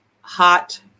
hot